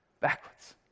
backwards